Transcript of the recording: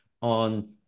on